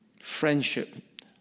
Friendship